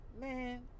man